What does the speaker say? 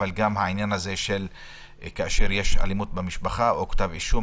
אבל גם כאשר יש אלימות במשפחה או כתב אישום,